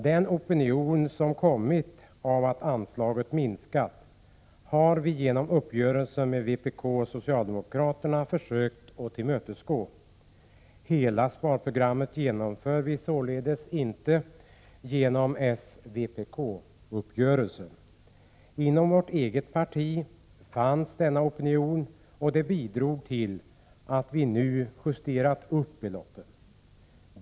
Den opinion som kommit av att anslaget minskar har vi försökt att tillmötesgå genom uppgörelsen mellan vpk och socialdemokraterna. Hela sparprogrammet genomförs således inte genom s—-vpk-uppgörelsen. Inom vårt eget parti fanns denna opinion, och det bidrog till att vi nu justerat upp beloppen.